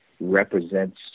represents